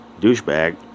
douchebag